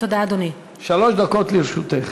שלוש דקות לרשותך.